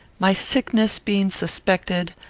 my sickness being suspected,